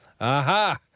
Aha